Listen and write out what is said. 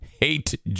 hate